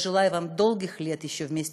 אני מאחלת לכם חיים ארוכים,